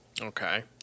Okay